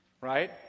Right